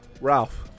Ralph